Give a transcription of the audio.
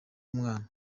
umwana